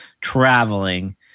traveling